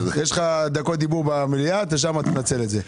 יש לך דקות דיבור במליאה, שם תנצל את זה.